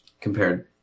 compared